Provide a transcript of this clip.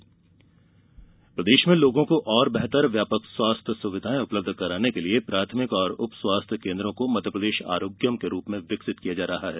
मध्यप्रदेश आरोग्यम प्रदेश में लोगों को बेहतर और व्यापक स्वास्थ्य सुविधाएँ उपलब्ध कराने के लिये प्राथमिक और उप स्वास्थ्य केन्द्रों को मध्यप्रदेश आरोग्यम के रूप में विकसित किया जा रहा है